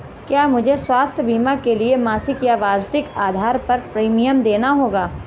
क्या मुझे स्वास्थ्य बीमा के लिए मासिक या वार्षिक आधार पर प्रीमियम देना होगा?